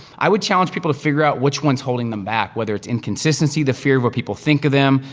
i would challenge people to figure out which one's holding them back, whether it's inconsistency, the fear of what people think of them,